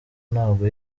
ntabwo